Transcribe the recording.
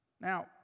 Now